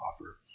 offer